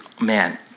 man